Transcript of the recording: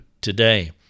today